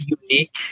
unique